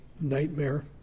nightmare